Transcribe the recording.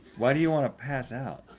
why do you wanna pass out?